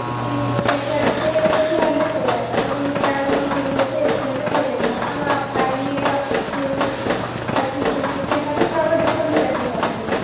جی یہ کیا کیا آپ سے ٹو ہنڈریڈ بولے آپ اب چار جنوں کے لیے بولتے ایٹ ہنڈریڈ ہو جائیں گا اب آپ آئیں گے آپ کی ہر چیز جو ہے اس کے حساب سے تھوڑا بہت ڈسکاؤنٹ بھی کر دیں گے آپ کے لیے